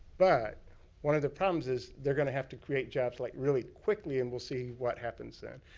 but one of the problems is they're gonna have to create job like really quickly. and we'll see what happens there.